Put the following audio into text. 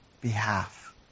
behalf